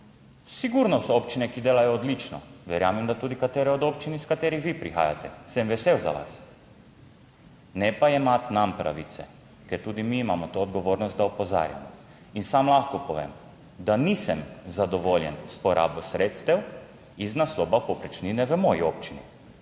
Sigurno so občine, ki delajo odlično, verjamem, da tudi katere od občin iz katerih vi prihajate, sem vesel za vas. Ne pa jemati nam pravice, ker tudi mi imamo to odgovornost, da opozarjamo. In sam lahko povem, da nisem zadovoljen s porabo sredstev iz naslova povprečnine v moji občini,